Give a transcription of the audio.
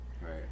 Right